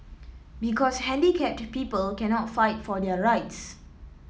because handicapped people cannot fight for their rights